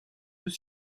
deux